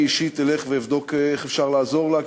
אני אישית אלך ואבדוק איך אפשר לעזור לה,